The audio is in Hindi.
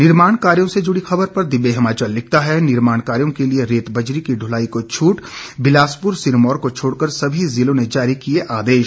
निर्माण कार्यों से जुड़ी खबर पर दिव्य हिमाचल लिखता है निर्माण कार्यों के लिए रेत बजरी की ढुलाई को छूट बिलासपुर सिरमौर को छोड़कर सभी जिलों ने जारी किए आदेश